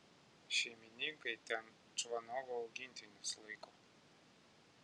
šeimininkai ten čvanovo augintinius laiko